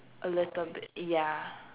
a little bit ya